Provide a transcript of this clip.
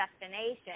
destination